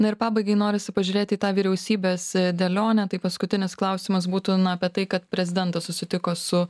na ir pabaigai norisi pažiūrėt į tą vyriausybės dėlionę tai paskutinis klausimas būtų na apie tai kad prezidentas susitiko su